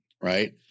right